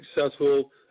successful